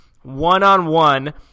one-on-one